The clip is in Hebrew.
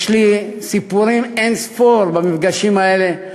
יש לי סיפורים אין-ספור במפגשים האלה,